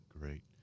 great